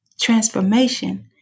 transformation